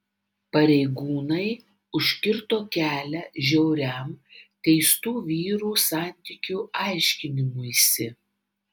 pareigūnai užkirto kelią žiauriam teistų vyrų santykių aiškinimuisi